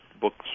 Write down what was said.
books